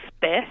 best